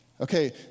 Okay